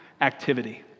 activity